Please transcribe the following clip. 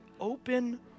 open